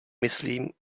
myslím